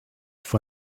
for